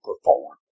perform